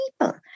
people